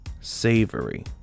savory